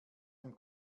dem